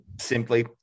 simply